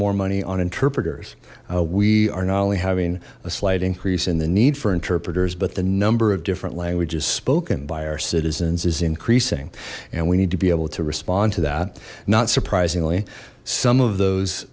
more money on interpreters we are not only having a slight increase in the need for interpreters but the number of different languages spoken by our citizens is increasing and we need to be able to respond to that not surprisingly some of those